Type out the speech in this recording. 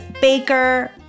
baker